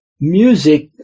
music